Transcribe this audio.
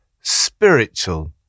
Spiritual